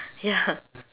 ya